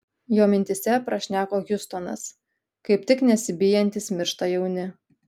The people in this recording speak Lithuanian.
jo mintyse prašneko hiustonas kaip tik nesibijantys miršta jauni